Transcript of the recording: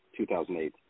2008